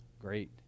great